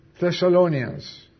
Thessalonians